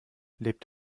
lebt